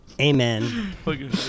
amen